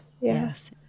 Yes